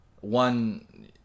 one